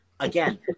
Again